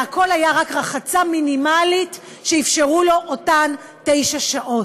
והכול היה רק רחצה מינימלית שאפשרו לו אותן תשע שעות.